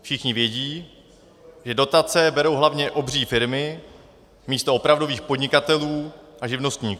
Všichni vědí, že dotace berou hlavně obří firmy místo opravdových podnikatelů a živnostníků.